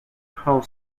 whole